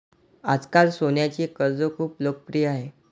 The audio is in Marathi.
आजकाल सोन्याचे कर्ज खूप लोकप्रिय आहे